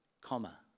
comma